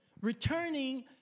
returning